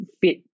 fit